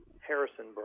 Harrisonburg